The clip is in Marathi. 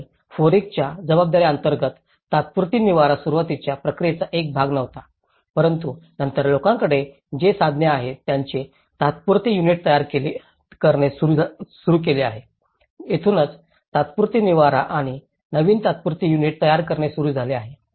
आणि फॉरेकच्या जबाबदाऱ्या अंतर्गत तात्पुरती निवारा सुरुवातीच्या प्रक्रियेचा एक भाग नव्हता परंतु नंतर लोकांकडे जे काही संसाधने आहेत त्यांचे तात्पुरते युनिट तयार करणे सुरू केले आहे येथूनच तात्पुरते निवारा आणि नवीन तात्पुरती युनिट तयार करणे सुरू झाले आहे